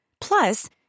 Plus